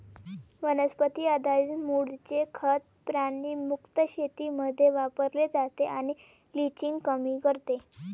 वनस्पती आधारित मूळचे खत प्राणी मुक्त शेतीमध्ये वापरले जाते आणि लिचिंग कमी करते